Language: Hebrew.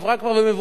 ומבוצעת,